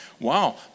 wow